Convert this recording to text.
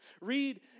Read